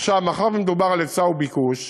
מאחר שמדובר על היצע וביקוש,